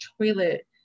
toilet